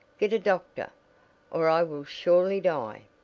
get a doctor or i will surely die!